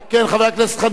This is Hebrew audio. כן, חבר הכנסת חנין.